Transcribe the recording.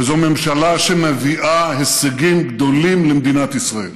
וזו ממשלה שמביאה הישגים גדולים למדינת ישראל.